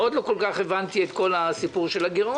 עוד לא כל כך הבנתי את כל הסיפור של הגירעון.